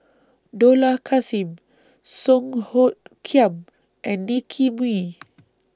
Dollah Kassim Song Hoot Kiam and Nicky Moey